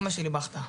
אמא שלי בכתה,